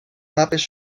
mapes